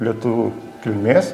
lietuvių kilmės